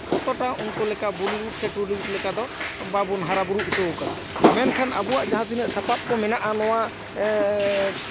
ᱡᱚᱛᱚᱴᱟ ᱩᱱᱠᱩ ᱞᱮᱠᱟ ᱵᱚᱞᱤᱣᱩᱰ ᱥᱮ ᱴᱚᱞᱤᱣᱩᱰ ᱞᱮᱠᱟ ᱫᱚ ᱵᱟᱵᱚᱱ ᱦᱟᱨᱟᱵᱩᱨᱩ ᱦᱚᱪᱚ ᱟᱠᱟᱫᱟ ᱢᱮᱱᱠᱷᱟᱱ ᱟᱵᱚᱣᱟᱜ ᱡᱟᱦᱟᱸ ᱛᱤᱱᱟᱹᱜ ᱥᱟᱯᱟᱯ ᱠᱚ ᱢᱮᱱᱟᱜᱼᱟ ᱱᱚᱣᱟ